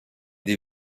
des